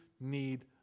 need